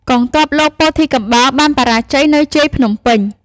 កងទ័ពលោកពោធិកំបោរបានបរាជ័យនៅជាយភ្នំពេញ។